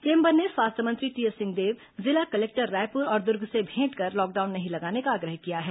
chamber ने स्वास्थ्य मंत्री टीएस सिंहदेव जिला कलेक्टर रायपुर और दुर्ग से भेंटकर लॉकडाउन नहीं लगाने का आग्रह किया है